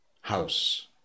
house